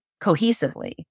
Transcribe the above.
cohesively